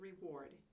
reward